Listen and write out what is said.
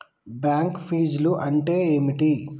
Bank ఫీజ్లు అంటే ఏమిటి?